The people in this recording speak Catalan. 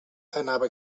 anava